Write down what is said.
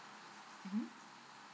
mmhmm